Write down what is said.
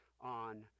on